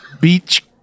Beach